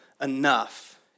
enough